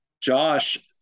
Josh